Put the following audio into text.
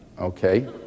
Okay